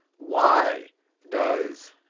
why does,